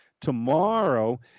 tomorrow